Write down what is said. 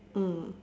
mm